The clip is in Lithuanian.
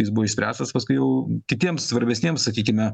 jis buvo išspręstas paskui jau kitiems svarbesniems sakykime